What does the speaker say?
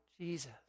Jesus